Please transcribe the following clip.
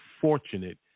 fortunate